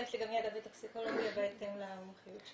ויש לי גם ידע בטוקסיקולוגיה בהתאם למומחיות שלי.